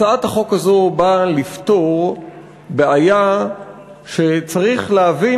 הצעת החוק הזאת באה לפתור בעיה שצריך להבין